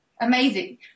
amazing